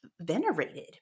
venerated